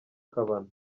kabano